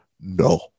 No